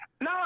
no